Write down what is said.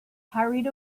hurried